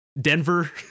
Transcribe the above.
denver